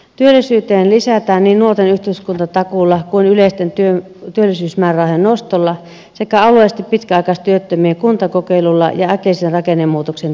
työllisyyteen lisätään niin nuorten yhteiskuntatakuulla kuin yleisten työllisyysmäärärahojen nostolla sekä alueellisesti pitkäaikaistyöttömien kuntakokeilulla ja äkillisen rakennemuutoksen tuella